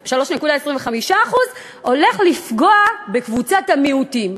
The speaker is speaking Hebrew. הולך לפגוע בקבוצת המיעוטים.